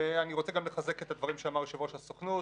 ואני רוצה גם לחזק את הדברים שאמר יושב ראש הסוכנות,